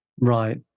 right